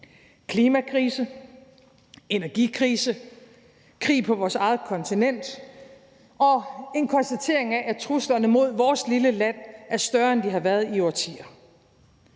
klimakrise, energikrise, krig på vores eget kontinent og en konstatering af, at truslerne mod vores lille land er større, end de har været i årtier,